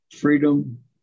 Freedom